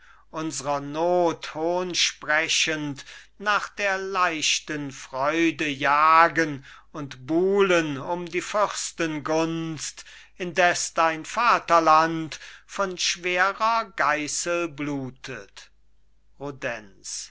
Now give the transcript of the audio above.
unsrer not hohnsprechend nach der leichten freude jagen und buhlen um die fürstengunst indes dein vaterland von schwerer geissel blutet